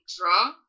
draw